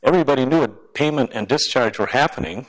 everybody knew a payment and discharge were happening